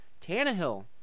Tannehill